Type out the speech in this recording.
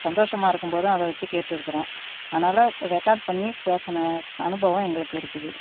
சந்தோஷமாக இருக்கும் போதும் அதை வைச்சு கேட்டிருக்குறோம் அதனால் ரெகார்ட் பண்ணி பேசின அனுபவம் எங்களுக்கு இருக்குது